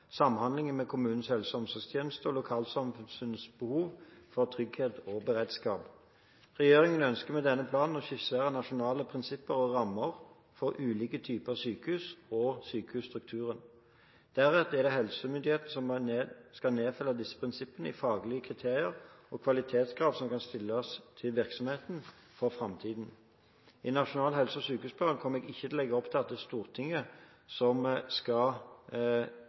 med kommunenes helse- og omsorgstjeneste og lokalsamfunnets behov for trygghet og beredskap. Regjeringen ønsker med denne planen å skissere nasjonale prinsipper og rammer for ulike typer sykehus og sykehusstruktur. Deretter er det helsemyndighetene som skal nedfelle de prinsippene i faglige kriterier og kvalitetskrav som kan stilles til virksomhetene for framtiden. I nasjonal helse- og sykehusplan kommer jeg ikke til å legge opp til at Stortinget skal definere oppgavene i det